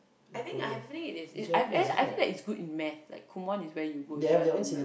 I think I have a feeling it is it's I have eh I feel like it's good in math like Kumon is where you go if you wanna learn math